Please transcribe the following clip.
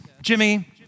Jimmy